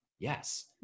Yes